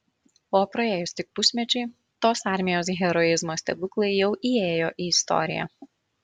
o praėjus tik pusmečiui tos armijos heroizmo stebuklai jau įėjo į istoriją